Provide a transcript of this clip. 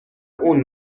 اون